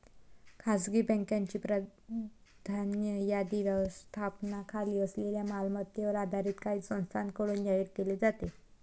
खासगी बँकांची प्राधान्य यादी व्यवस्थापनाखाली असलेल्या मालमत्तेवर आधारित काही संस्थांकडून जाहीर केली जाते